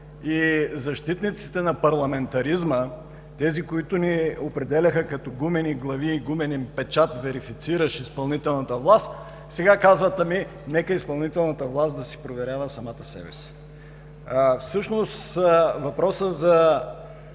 Защитниците на парламентаризма, тези които ни определяха като „гумени глави“ и „гумен печат, верифициращ изпълнителната власт“, сега казват: ами, нека изпълнителната власт да проверява самата себе си. Въпросът за